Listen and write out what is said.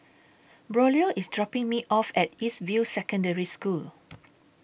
Braulio IS dropping Me off At East View Secondary School